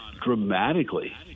dramatically